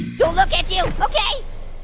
don't look at you. okay.